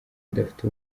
udafite